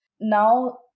now